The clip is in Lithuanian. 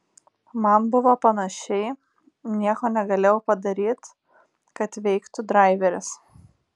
man buvo panašiai nieko negalėjau padaryt kad veiktų draiveris